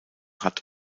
hat